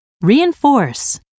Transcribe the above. reinforce